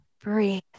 breathe